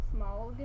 Small